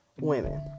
women